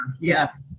Yes